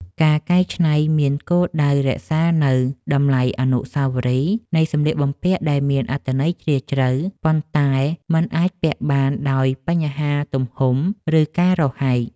ការកែច្នៃមានគោលដៅរក្សានូវតម្លៃអនុស្សាវរីយ៍នៃសម្លៀកបំពាក់ដែលមានអត្ថន័យជ្រាលជ្រៅ ប៉ុន្តែមិនអាចពាក់បានដោយសារបញ្ហាទំហំ ឬការរហែក។